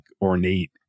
ornate